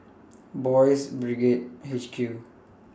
Boys' Brigade H Q